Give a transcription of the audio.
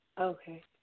Okay